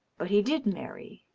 but he did marry,